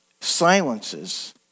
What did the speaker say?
silences